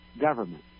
government